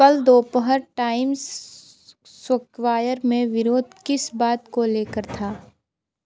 कल दोपहर Times Square में विरोध किस बात को लेकर था